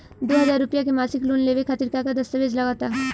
दो हज़ार रुपया के मासिक लोन लेवे खातिर का का दस्तावेजऽ लग त?